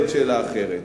זאת שאלה אחרת,